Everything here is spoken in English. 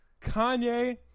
kanye